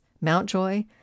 mountjoy